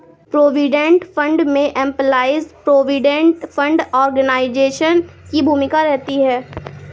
provident fund में employees provident fund organisation की भूमिका रहती है